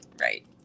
Right